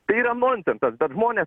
tai yra nonsensas bet žmonės